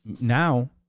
now